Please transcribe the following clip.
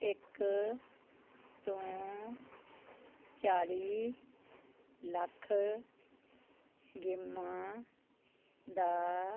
ਇੱਕ ਤੋਂ ਚਾਲੀ ਲੱਖ ਗੇਮਾਂ ਦਾ